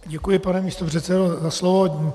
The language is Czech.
Děkuji, pane místopředsedo, za slovo.